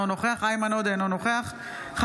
אינו נוכח איימן עודה,